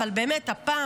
אבל באמת הפעם,